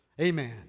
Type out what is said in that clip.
Amen